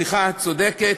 ולמיקי לוי, סליחה, את צודקת.